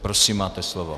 Prosím, máte slovo.